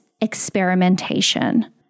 experimentation